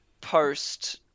post